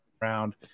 round